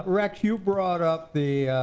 rex, you brought up the,